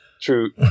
True